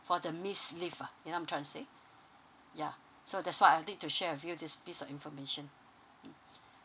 for the missed leave ah you know I'm trying to say ya so that's why I need to share with you this piece of information mm